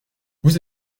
vous